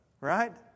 Right